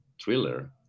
thriller